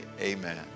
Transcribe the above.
amen